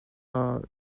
are